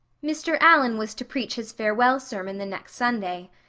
mr. allan was to preach his farewell sermon the next sunday.